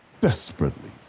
desperately